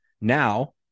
now